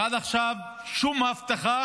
ועד עכשיו שום הבטחה